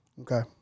Okay